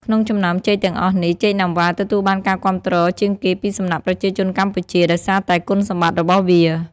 ក្នុងចំណោមចេកទាំងអស់នេះ ចេកណាំវ៉ា ទទួលបានការគាំទ្រជាងគេពីសំណាក់ប្រជាជនកម្ពុជា ដោយសារតែគុណសម្បត្តិរបស់វា។